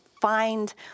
find